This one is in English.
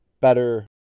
better